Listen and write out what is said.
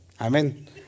Amen